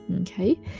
okay